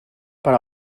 per